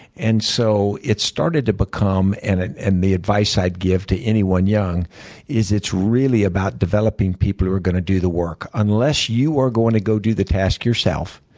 and so it started to become, and and the advice i'd give to anyone young is it's really about developing people who are going to do the work. unless you are going to go do the task yourself,